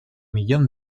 millón